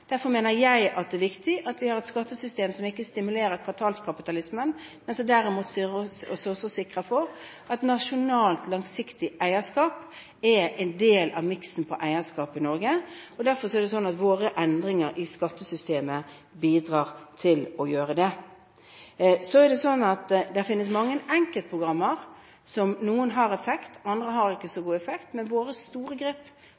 viktig at vi har et skattesystem som ikke stimulerer kvartalskapitalismen, men som derimot sikrer oss at nasjonalt, langsiktig eierskap er en del av miksen av eierskap i Norge. Derfor bidrar våre endringer i skattesystemet til å gjøre det. Det finnes mange enkeltprogrammer, hvor noen har effekt, mens andre ikke har så god effekt. Våre store grep